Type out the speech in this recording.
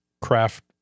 Craft